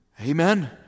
Amen